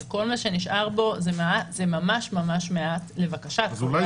שכל מה שנשאר בו זה מה זה ממש ממש מעט לבקשת חברי הוועדה --- אז אולי